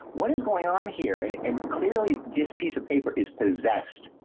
what is going on here. and and clearly this piece of paper is possessed.